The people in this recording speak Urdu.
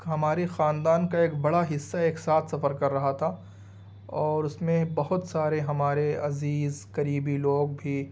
ہمارے خاندان کا ایک بڑا حصہ ایک ساتھ سفر کر رہا تھا اور اس میں بہت سارے ہمارے عزیز قریبی لوگ بھی